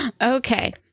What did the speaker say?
okay